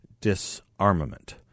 disarmament